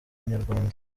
munyarwanda